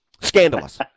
Scandalous